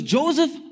Joseph